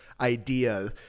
Idea